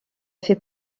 fait